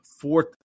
fourth –